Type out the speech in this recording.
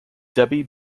debbie